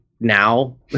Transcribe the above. now